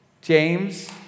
James